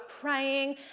praying